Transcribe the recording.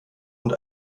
und